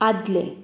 आदलें